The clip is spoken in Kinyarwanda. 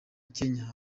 kenya